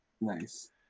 nice